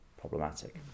problematic